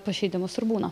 pažeidimus ir būna